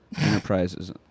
enterprises